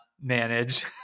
manage